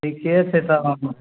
ठीके छै तऽ हम